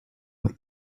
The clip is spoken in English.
what